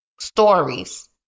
stories